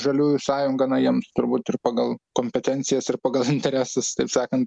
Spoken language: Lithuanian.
žaliųjų sąjunga na jiems turbūt ir pagal kompetencijas ir pagal interesus taip sakant